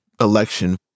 election